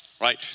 right